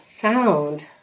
found